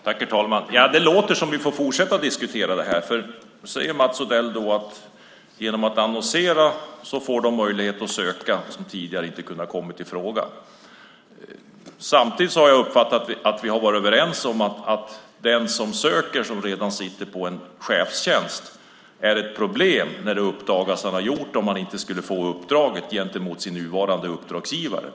Herr talman! Det låter som att vi får fortsätta diskutera detta. Mats Odell säger att genom att annonsera får de som tidigare inte kommit ifråga möjlighet att söka. Samtidigt har jag uppfattat att vi har varit överens om att den som söker och som redan sitter på en chefstjänst men inte får uppdraget kan få problem med sin nuvarande uppdragsgivare när det uppdagas att han har sökt.